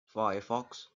firefox